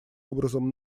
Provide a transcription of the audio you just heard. образом